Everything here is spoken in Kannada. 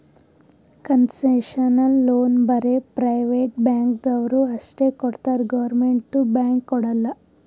ಕನ್ಸೆಷನಲ್ ಲೋನ್ ಬರೇ ಪ್ರೈವೇಟ್ ಬ್ಯಾಂಕ್ದವ್ರು ಅಷ್ಟೇ ಕೊಡ್ತಾರ್ ಗೌರ್ಮೆಂಟ್ದು ಬ್ಯಾಂಕ್ ಕೊಡಲ್ಲ